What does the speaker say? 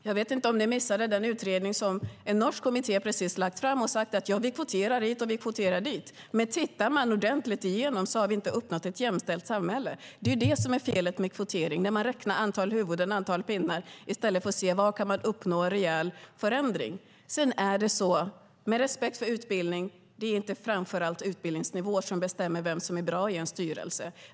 Jag vet inte om ni missade den utredning som en norsk kommitté precis har lagt fram. Den säger: Vi kvoterar hit, och vi kvoterar dit. Men om man tittar igenom det hela ordentligt ser man att vi inte har uppnått ett jämställt samhälle! Det är det som är felet med kvotering - man räknar antal huvuden och antal pinnar i stället för att se var man kan uppnå en rejäl förändring. Med respekt för utbildning: Det är inte framför allt utbildningsnivå som bestämmer vem som är bra i en styrelse.